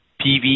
PV